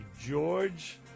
George